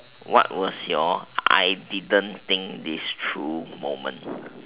what was your I didn't think this through moment